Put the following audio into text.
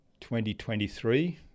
2023